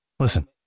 Listen